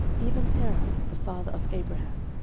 even terah, the father of abraham,